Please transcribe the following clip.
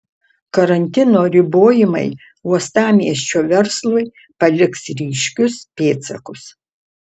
karantino ribojimai uostamiesčio verslui paliks ryškius pėdsakus